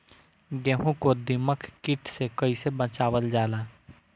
गेहूँ को दिमक किट से कइसे बचावल जाला?